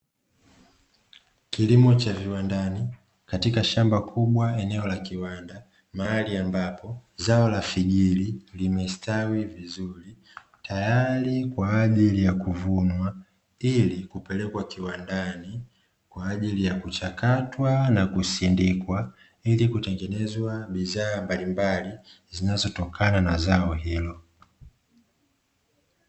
Kilimo cha viwandani katika shamba kubwa eneo la kiwanda mahali ambapo zao la figiri, limestawi vizuri tayari kwa ajili ya kuvunwa ili kupelekwa kiwandani kwa ajili ya kuchakatwa na kusindikwa, ili kutengenezwa bidhaa mbalimbali zinazotokana na zao hilo.